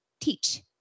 teach